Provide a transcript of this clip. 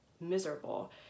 miserable